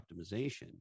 optimization